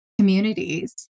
communities